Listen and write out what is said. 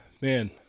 man